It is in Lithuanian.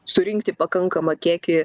surinkti pakankamą kiekį